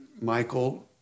Michael